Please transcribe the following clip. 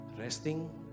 Resting